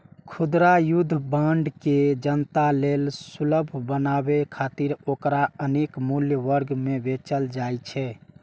खुदरा युद्ध बांड के जनता लेल सुलभ बनाबै खातिर ओकरा अनेक मूल्य वर्ग मे बेचल जाइ छै